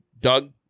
Doug